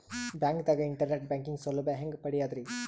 ಬ್ಯಾಂಕ್ದಾಗ internet banking ಸೌಲಭ್ಯ ಹೆಂಗ್ ಪಡಿಯದ್ರಿ?